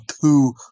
two